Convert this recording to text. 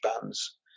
bands